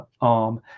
arm